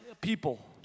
people